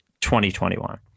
2021